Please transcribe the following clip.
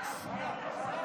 השתגעתם?